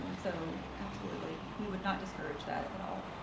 so absolutely, we would not discourage that at all.